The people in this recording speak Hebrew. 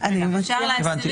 הפורמלית,